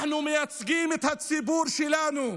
אנחנו מייצגים את הציבור שלנו,